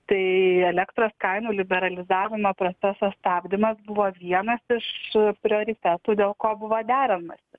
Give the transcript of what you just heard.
tai elektros kainų liberalizavimo proceso stabdymas buvo vienas iš prioritetų dėl ko buvo deramasi